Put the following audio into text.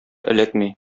эләкми